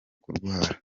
kurwara